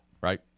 right